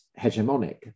hegemonic